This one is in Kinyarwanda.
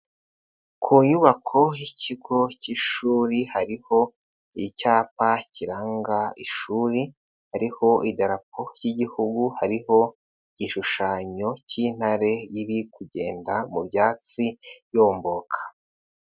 Ku nyubako y'ikigo k'ishuri hariho icyapa kiranga ishuri, harihp idarapo ry'igihugu, hariho igishushanyo k'intare iri kugenda mu byatsi yomboka.